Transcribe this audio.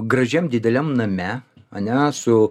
gražiam dideliam name ane su